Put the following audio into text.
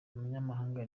umunyamahanga